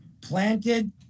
planted